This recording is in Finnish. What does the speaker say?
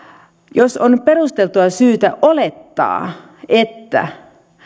jos on perusteltua syytä olettaa että